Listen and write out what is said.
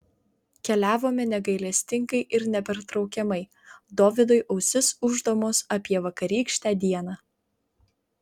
keliavome negailestingai ir nepertraukiamai dovydui ausis ūždamos apie vakarykštę dieną